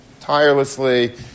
tirelessly